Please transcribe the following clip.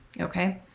Okay